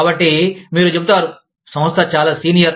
కాబట్టి మీరు చెబుతారు సంస్థ చాలా సీనియర్